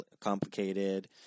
complicated